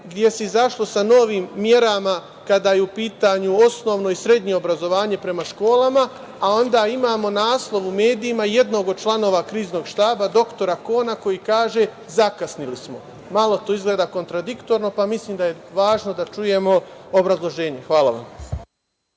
gde se izašlo sa novim merama kada je u pitanju osnovno i srednje obrazovanje prema školama, a onda imamo naslov u medijima, jednog od članova Kriznog štaba, doktora Kona koji kaže – zakasnili smo. Malo to izgleda kontradiktorno, pa mislim da je važno da čujemo obrazloženje. Hvala vam.